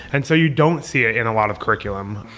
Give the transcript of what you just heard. and so you don't see it in a lot of curriculum.